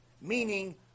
meaning